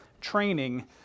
training